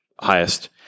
highest